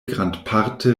grandparte